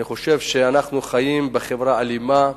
אני חושב שאנחנו חיים בחברה אלימה.